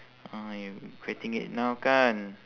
ah you regretting it now kan